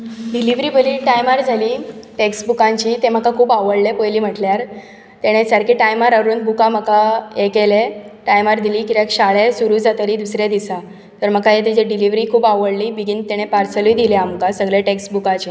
delivery बरी टायमार जाली टॅक्स बुकांची तें म्हाका खूब आवडलें पयली म्हटल्यार ताणें सारकें टायमार हाडून बुकां म्हाका हें केले टायमार दिली कित्याक शाळाय सुरू जातली दुसऱ्या दिसां तर म्हाका हे ताजे डिलवरी खूब आवडलीय बिगीन ताणें पासर्लूय दिलें आमकां सगलें टॅक्स बुकाचे